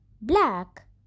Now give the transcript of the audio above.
black